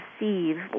receive